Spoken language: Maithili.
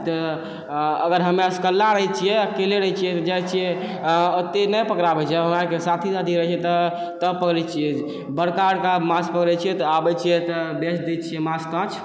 तऽ अगर हमे असकल्ला रहै छिए अकेले रहै छिए तऽ जाइ छिए तऽ ओत्ते नहि पकड़ाबै छै हमरा आओरके साथी ताथी रहै छै तऽ तब पकड़ै छिए बड़का बड़का माँछ पकड़ै छिए तऽ आबै छिए तऽ बेच दै छिए माँछ ताँछ